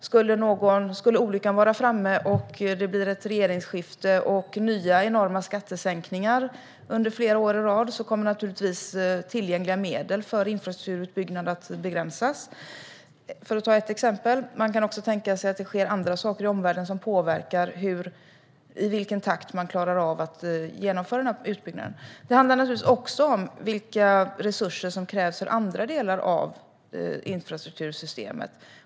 Skulle olyckan vara framme och det blir ett regeringsskifte med nya enorma skattesänkningar under flera år i rad kommer naturligtvis tillgängliga medel för infrastrukturutbyggnad att begränsas - för att ta ett exempel. Man kan också tänka sig att det sker andra saker i omvärlden som påverkar i vilken takt som man klarar av att genomföra en utbyggnad. Det handlar naturligtvis också om vilka resurser som krävs i andra delar av infrastruktursystemet.